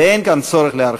ואין כאן צורך להרחיב,